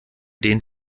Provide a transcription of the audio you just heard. dehnt